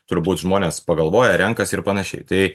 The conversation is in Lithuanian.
turbūt žmonės pagalvoja renkasi ir panašiai tai